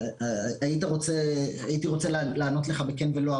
הייתי רוצה לענות לך בכן ולא,